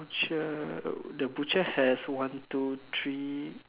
butcher the butcher has one two three